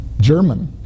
German